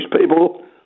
people